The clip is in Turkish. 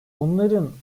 bunların